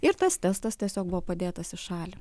ir tas testas tiesiog buvo padėtas į šalį